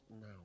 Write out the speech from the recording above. now